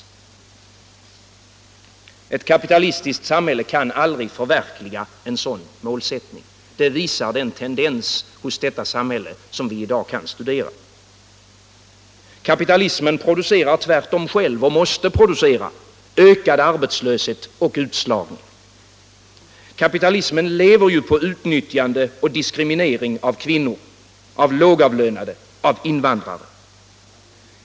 Ett kapitalistiskt samhälle kan aldrig förverkliga en sådan målsättning. Det visar den tendens hos detta samhälle som vi i dag kan studera. Kapitalismen producerar tvärtom själv — och måste producera — ökad arbetslöshet och utslagning. Kapitalismen lever på utnyttjande och diskriminering av kvinnor, av lågavlönade, av invandrare.